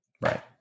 Right